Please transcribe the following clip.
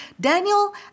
Daniel